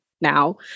now